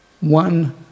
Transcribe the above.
one